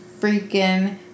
freaking